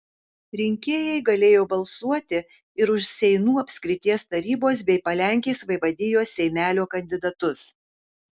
rinkėjai galėjo balsuoti ir už seinų apskrities tarybos bei palenkės vaivadijos seimelio kandidatus